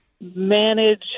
manage